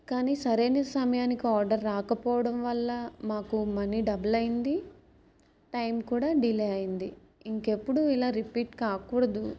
కానీ సరైన సమయానికి ఆర్డర్ రాకపోవడం వల్ల మాకు మనీ డబల్ అయింది టైం కూడా డిలే అయింది ఇంకెప్పుడూ ఇలా రిపీట్ కాకూడదు